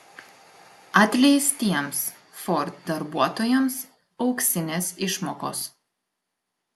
atleistiems ford darbuotojams auksinės išmokos